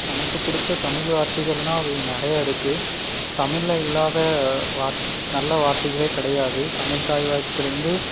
எனக்கு பிடிச்ச தமிழ் வார்த்தைகள்ன்னா அது நிறைய இருக்கு தமிழ்ல இல்லாத வார்த்தை நல்ல வார்த்தைகளே கிடையாது தமிழ் தாய் வாழ்த்துலேந்து